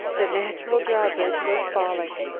the natural drawbridge was falling.